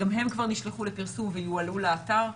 גם הם נשלחו לפרסום ויועלו לאתר.